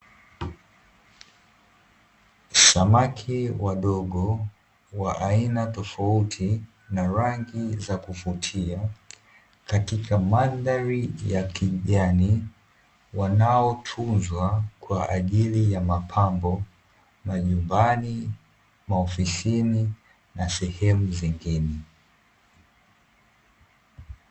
Samaki wadogo wa aina tofauti na rangi za kuvutia katika mandhari ya kijani, wanaotunzwa kwa ajili ya mapambo majumbani, maofisini, na sehemu zingine.